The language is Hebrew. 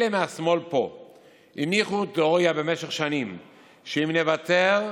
אלה מהשמאל פה הניחו תיאוריה במשך שנים שאם נוותר,